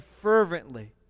fervently